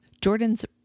Jordan's